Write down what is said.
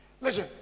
Listen